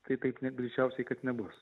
tai taip ne greičiausiai kad nebus